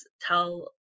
tell